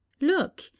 Look